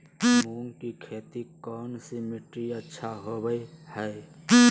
मूंग की खेती कौन सी मिट्टी अच्छा होबो हाय?